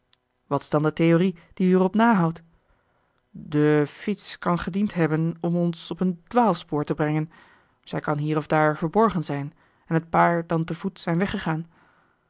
wat is dan de theorie die u er op nahoudt de fiets kan gediend hebben om ons op een dwaalspoor te brengen zij kan hier of daar verborgen zijn en het paar dan te voet zijn weggegaan